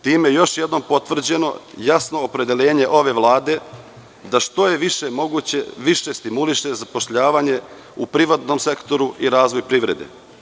Time je još jednom potvrđeno jasno opredeljenje ove Vlade da što je više moguće više stimuliše zapošljavanje u privatnom sektoru i razvoj privrede.